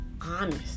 honest